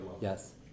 Yes